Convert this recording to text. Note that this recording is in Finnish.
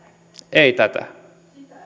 ei tätä